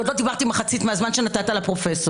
עוד לא דיברתי מחצית מהזמן שנתת לפרופ'.